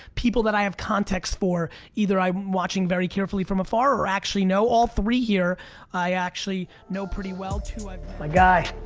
people that i have context for. either i'm watching very carefully from afar or actually know. all three here i actually know pretty well two i've met. my guy.